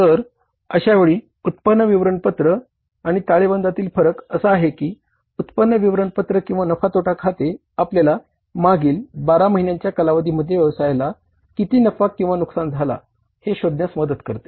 तर अशावेळी उत्पन्न विवरणपत्र आणि ताळेबंदातील फरक असा आहे की उत्पन्न विवरणपत्र किंवा नफा तोटा खाते आपल्याला मागील 12 महिन्यांच्या कालावधीमध्ये व्यवसायाला किती नफा किंवा नुकसान झाला हे शोधण्यास मदत करते